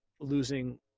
losing